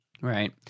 right